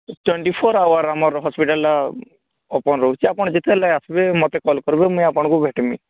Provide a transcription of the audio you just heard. twenty four hour ଆମର hospital open ରହୁଛି ଆପଣ ଯେତେବେଳେ ଆସିବେ ମୋତେ କଲ୍ କରିବେ ମୁଇଁ ଆପଣଙ୍କୁ ଭେଟିବିଁ